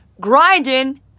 grinding